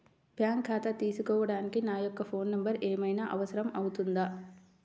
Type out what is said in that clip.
Bank ఖాతా తీసుకోవడానికి నా యొక్క ఫోన్ నెంబర్ ఏమైనా అవసరం అవుతుందా?